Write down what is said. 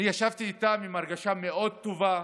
ישבתי איתם עם הרגשה מאוד טובה,